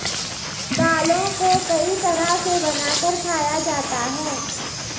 दालों को कई तरह से बनाकर खाया जाता है